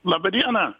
laba diena